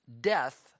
death